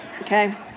okay